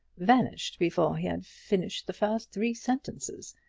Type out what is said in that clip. vanished before he had finished the first three sentences.